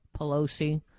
Pelosi